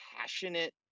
passionate